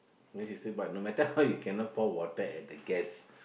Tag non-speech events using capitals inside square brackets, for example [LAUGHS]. then she say but no matter how [LAUGHS] you cannot pour water at the gas